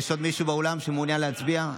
יש עוד מישהו באולם שמעוניין להצביע?